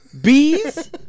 Bees